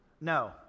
No